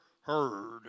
heard